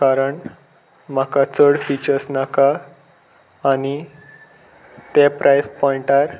कारण म्हाका चड फिचर्स नाका आनी ते प्रायस पॉयंटार